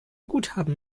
guthaben